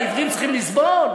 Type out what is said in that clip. העיוורים צריכים לסבול?